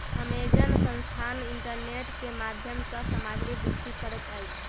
Amazon संस्थान internet के माध्यम सॅ सामग्री बिक्री करैत अछि